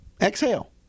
exhale